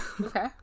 okay